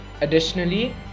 Additionally